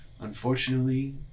Unfortunately